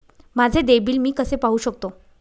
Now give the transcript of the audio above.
माझे देय बिल मी कसे पाहू शकतो?